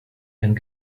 and